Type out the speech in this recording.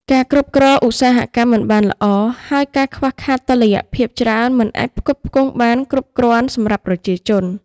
ការគ្រប់គ្រងឧស្សាហកម្មមិនបានល្អ ហើយការខ្វះខាតតុល្យភាពច្រើនមិនអាចផ្គត់ផ្គង់បានគ្រប់គ្រាន់សម្រាប់ប្រជាជន។